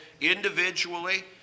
individually